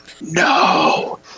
No